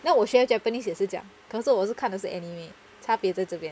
那我学 japanese 也是这样可是我是看的是 anime 差别在这边